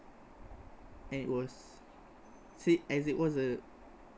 and it was see it as it was a